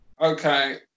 Okay